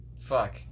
Fuck